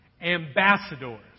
Ambassadors